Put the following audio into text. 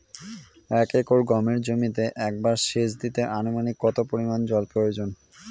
এক একর গমের জমিতে একবার শেচ দিতে অনুমানিক কত পরিমান জল প্রয়োজন?